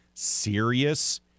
Serious